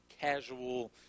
casual